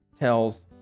tells